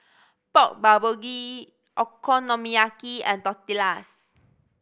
Pork Bulgogi Okonomiyaki and Tortillas